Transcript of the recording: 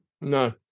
no